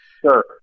Sure